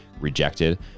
rejected